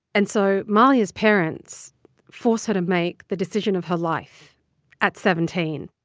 and so mahlia's parents forced her to make the decision of her life at seventeen.